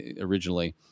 originally